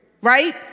Right